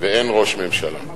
ואין ראש ממשלה.